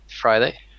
Friday